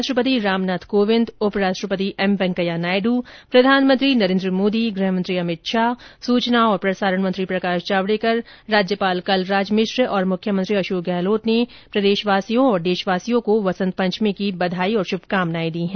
राष्ट्रपति रामनाथ कोविंद उप राष्ट्रपति एम वैंकेया नायडु प्रधानमंत्री नरेन्द्र मोदी गृह मंत्री अमित शाह सूचना और प्रसारण मंत्री प्रकाश जावडेकर राज्यपाल कलराज मिश्र और मुख्यमंत्री अशोक गहलोत ने देशवासियों को वसंत पंचमी की बधाई और शुभकामनाएं दी हैं